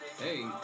hey